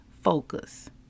focus